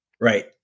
Right